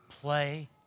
play